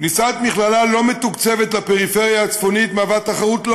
כניסת מכללה לא מתוקצבת לפריפריה הצפונית מהווה תחרות לא